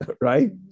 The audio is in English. right